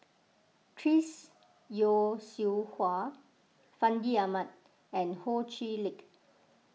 Chris Yeo Siew Hua Fandi Ahmad and Ho Chee Lick